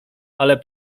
ale